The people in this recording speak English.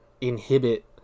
inhibit